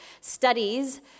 studies